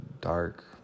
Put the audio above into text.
dark